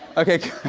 okay, good.